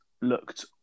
looked